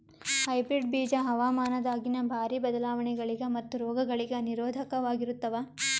hybrid ಬೀಜ ಹವಾಮಾನದಾಗಿನ ಭಾರಿ ಬದಲಾವಣೆಗಳಿಗ ಮತ್ತು ರೋಗಗಳಿಗ ನಿರೋಧಕವಾಗಿರುತ್ತವ